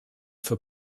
für